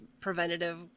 preventative